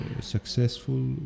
successful